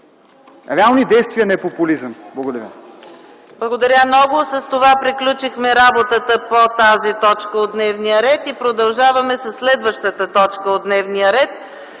реални действия, а не популизъм! Благодаря.